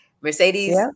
mercedes